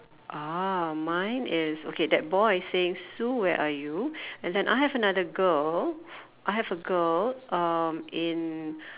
ah mine is okay that boy is saying Sue where are you and then I have another girl I have a girl uh in